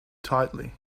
tightly